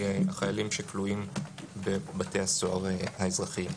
החיילים שכלואים בבתי הסוהר האזרחיים.